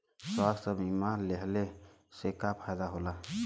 स्वास्थ्य बीमा लेहले से का फायदा होला?